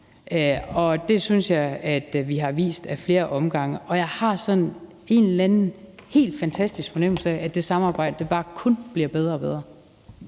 Det synes jeg vi har vist ad flere omgange, og jeg har sådan en eller anden helt fantastisk fornemmelse af, at det samarbejde bare kun bliver bedre og bedre.